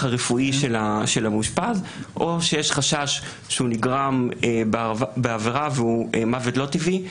הרפואי של המאושפז או שיש חשש שהוא נגרם בעבירה והוא מוות לא טבעי,